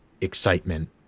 excitement